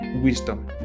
Wisdom